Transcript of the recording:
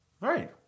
Right